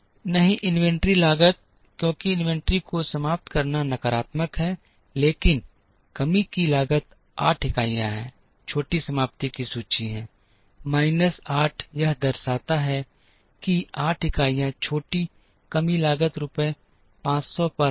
नहीं इन्वेंट्री लागत क्योंकि इन्वेंट्री को समाप्त करना नकारात्मक है लेकिन कमी की लागत 8 इकाइयां हैं छोटी समाप्ति की सूची है माइनस 8 यह दर्शाता है कि 8 इकाइयां छोटी कमी लागत रुपये 500 पर है